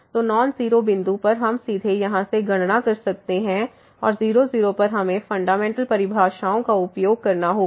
तो non zero बिंदु पर हम सीधे यहां से गणना कर सकते हैं और 0 0 पर हमें फंडामेंटल परिभाषाओं का उपयोग करना होगा